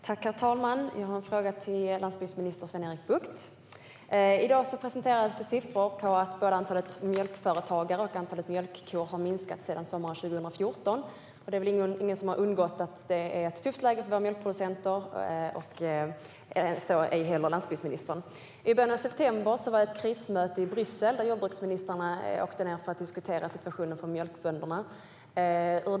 Herr talman! Jag har en fråga till landsbygdsminister Sven-Erik Bucht. I dag presenterades siffror på att antalet mjölkföretagare och mjölkkor har minskat sedan sommaren 2014. Det har knappast undgått någon att det är ett tufft läge för våra mjölkproducenter, ej heller landsbygdsministern. I början av september hölls ett krismöte i Bryssel då jordbruksministrarna diskuterade situationen för mjölkbönderna.